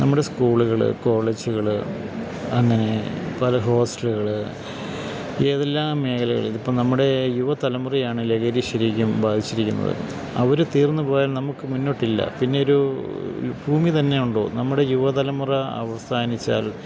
നമ്മുടെ സ്കൂളുകൾ കോളേജുകൾ അങ്ങനെ പല ഹോസ്റ്റലുകൾ ഏതെല്ലാമേഖലകള് ഇതിപ്പം നമ്മുടെ യുവതലമുറയെ ആണ് ലഹരി ശെരിക്കും ബാധിച്ചിരിക്കുന്നത് അവര് തീർന്ന്പോയാൽ നമുക്ക് മുന്നോട്ടില്ല പിന്നെയൊരു ഭൂമിതന്നെ ഉണ്ടോ നമ്മുടെ യുവതലമുറ അവസാനിച്ചാല്